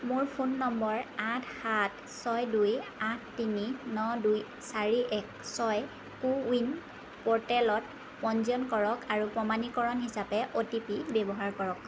মোৰ phone number আঠ সাত ছয় দুই আঠ তিনি ন দুই চাৰি এক ছয় কো ৱিন প'ৰ্টেলত পঞ্জীয়ন কৰক আৰু প্ৰমাণীকৰণ হিচাপে অ'টিপি ব্যৱহাৰ কৰক